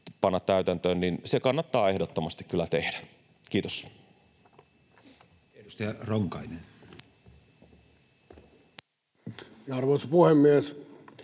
kannattaa ehdottomasti kyllä tehdä. — Kiitos. Edustaja Ronkainen. Arvoisa puhemies!